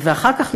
ואחר כך,